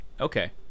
Okay